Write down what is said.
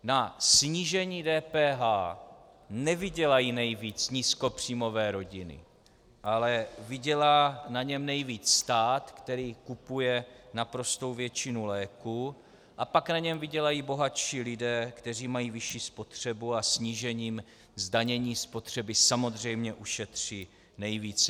Na snížení DPH nevydělají nejvíc nízkopříjmové rodiny, ale vydělá na něm nejvíc stát, který kupuje naprostou většinu léků, a pak na něm vydělají bohatší lidé, kteří mají vyšší spotřebu a snížením zdanění spotřeby samozřejmě ušetří nejvíce.